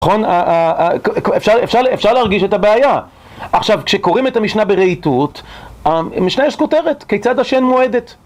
כל ה... אפשר להרגיש את הבעיה, עכשיו כשקוראים את המשנה ברהיטות, המשנה יש כותרת, כיצד השן מועדת